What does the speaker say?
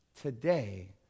today